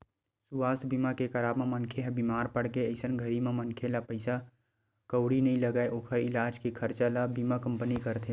सुवास्थ बीमा के कराब म मनखे ह बीमार पड़गे अइसन घरी म मनखे ला पइसा कउड़ी नइ लगय ओखर इलाज के खरचा ल बीमा कंपनी करथे